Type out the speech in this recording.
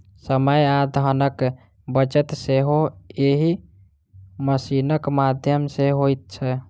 समय आ धनक बचत सेहो एहि मशीनक माध्यम सॅ होइत छै